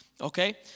okay